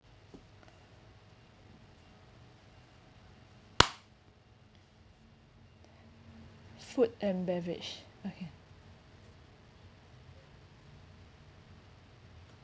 food and beverage okay